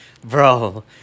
bro